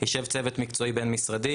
יישב צוות מקצועי בין משרדי,